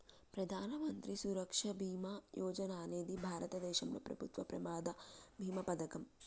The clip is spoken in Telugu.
ప్రధాన మంత్రి సురక్ష బీమా యోజన అనేది భారతదేశంలో ప్రభుత్వం ప్రమాద బీమా పథకం